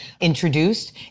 introduced